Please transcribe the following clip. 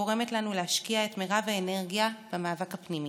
שגורמת לנו להשקיע את מרב האנרגיה במאבק הפנימי.